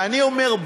ואני אומר,